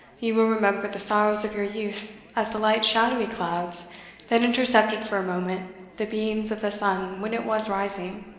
you will remember the sorrows of your youth as the light shadowy clouds that intercepted for a moment the beams of the sun when it was rising.